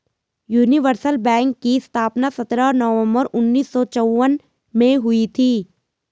universal bank की स्थापना सत्रह नवंबर उन्नीस सौ चौवन में हुई थी